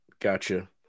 gotcha